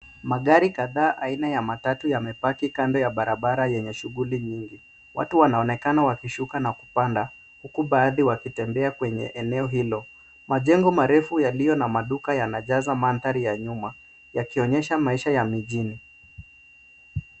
Magari kadhaa aina ya matatu yamepaki kando ya barabara yenye shughuli nyingi. Watu wanaonekana wakishuka na kupanda ,huku baadhi wakitembea kwenye eneo hilo. Majengo marefu yaliyo na maduka yanajaza mandhari ya nyuma yakionyesha maisha ya mijini.